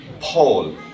Paul